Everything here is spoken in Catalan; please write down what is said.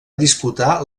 disputar